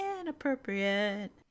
inappropriate